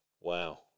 Wow